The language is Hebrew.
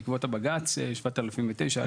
בעקבות בג"ץ 7009/04,